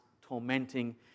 tormenting